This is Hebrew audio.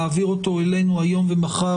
להעביר אותו אלינו היום ומחר,